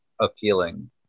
appealing